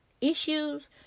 issues